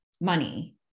money